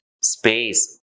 space